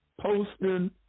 posting